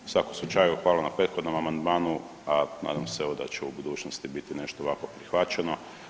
U svakom slučaju hvala na prethodnom amandmanu, a nadam se evo da će u budućnosti biti nešto ovako prihvaćeno.